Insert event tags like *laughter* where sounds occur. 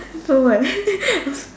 no my *laughs*